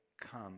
come